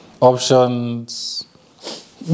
Options